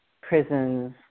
prisons